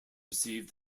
received